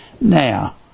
Now